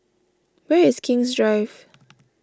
where is King's Drive